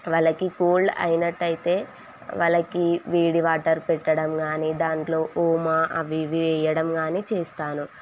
వాళ్ళకి కోల్డ్ అయినట్టు అయితే వాళ్ళకి వేడి వాటర్ పెట్టడం కానీ దాంట్లో ఊమా అవి ఇవి వెయ్యడం కానీ చేస్తాను